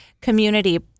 community